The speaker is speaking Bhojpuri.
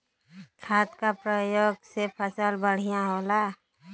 खाद क परयोग से फसल बढ़िया होला